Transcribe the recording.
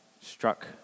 struck